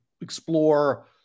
explore